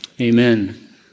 Amen